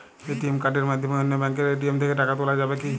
ATM কার্ডের মাধ্যমে অন্য ব্যাঙ্কের এ.টি.এম থেকে টাকা তোলা যাবে কি?